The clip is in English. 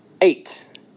eight